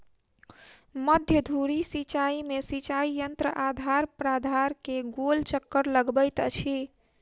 मध्य धुरी सिचाई में सिचाई यंत्र आधार प्राधार के गोल चक्कर लगबैत अछि